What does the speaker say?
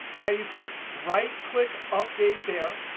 now, you can right click update there,